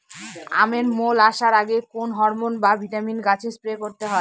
আমের মোল আসার আগে কোন হরমন বা ভিটামিন গাছে স্প্রে করতে হয়?